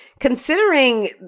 Considering